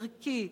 ערכי,